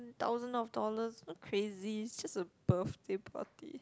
thousand of dollars crazy is just a birthday party